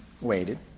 waited